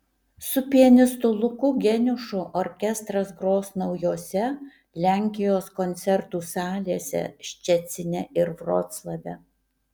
su pianistu luku geniušu orkestras gros naujose lenkijos koncertų salėse ščecine ir vroclave